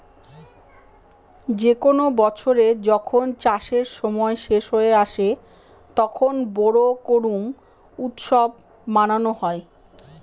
যে কোনো বছরে যখন চাষের সময় শেষ হয়ে আসে, তখন বোরো করুম উৎসব মানানো হয়